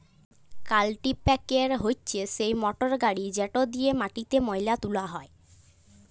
কাল্টিপ্যাকের হছে সেই মটরগড়ি যেট দিঁয়ে মাটিতে ময়লা তুলা হ্যয়